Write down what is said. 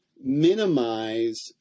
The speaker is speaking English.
minimize